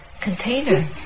container